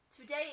today